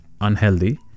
unhealthy